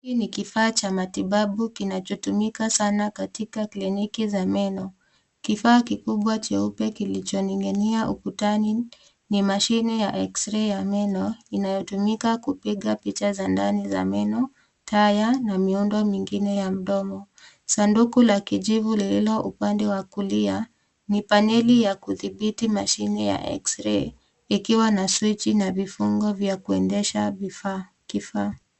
Hii ni kifaa cha matibabu kinachotumika sana katika kliniki za meno. Kifaa kikubwa cheupe kilichoning'inia ukutani ni mashine ya eksrei ya meno inayotumika kupiga picha za ndani za meno, taya na miundo mbalimbali ya mdomo. Sanduku la kijivu lililo upande wa kulia ni paneli ya kudhibiti mashine ya eksrei ikiwa na swichi na vifungo vya kuendesha kifaa.